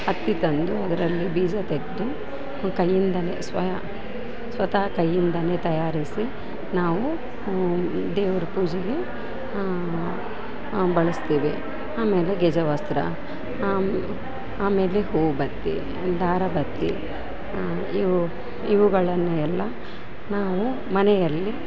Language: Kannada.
ಹತ್ತಿ ತಂದು ಅದರಲ್ಲಿ ಬೀಜ ತೆಗೆದು ಕೈಯಿಂದಾನೆ ಸ್ವತಹ ಕೈಯಿಂದಾನೆ ತಯಾರಿಸಿ ನಾವು ದೇವ್ರ ಪೂಜೆಗೆ ಬಳಸ್ತೇವೆ ಆಮೇಲೆ ಗೆಜವಸ್ತ್ರ ಆಮ ಆಮೇಲೆ ಹೂವುಬತ್ತಿ ದಾರಬತ್ತಿ ಇವು ಇವುಗಳನ್ನು ಎಲ್ಲ ನಾವು ಮನೆಯಲ್ಲಿ